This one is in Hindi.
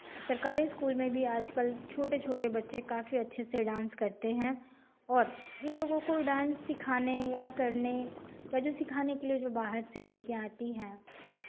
सरकारी इस्कूल में भी आजकल छोटे छोटे बच्चे काफी अच्छे से डांस करते हैं और इनलोगों को डांस सिखाने या करने या जो सिखाने के लिये जो बाहर से लड़कियां आती हैं